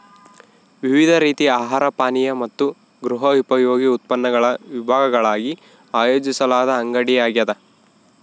ವಿವಿಧ ರೀತಿಯ ಆಹಾರ ಪಾನೀಯ ಮತ್ತು ಗೃಹೋಪಯೋಗಿ ಉತ್ಪನ್ನಗಳ ವಿಭಾಗಗಳಾಗಿ ಆಯೋಜಿಸಲಾದ ಅಂಗಡಿಯಾಗ್ಯದ